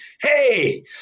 Hey